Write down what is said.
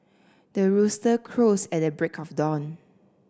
the rooster crows at the break of dawn